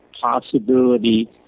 possibility